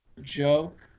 joke